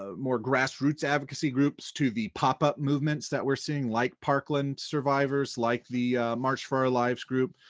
ah more grassroots advocacy groups to the pop up movements that we're seeing like parkland survivors, like the march for our lives group.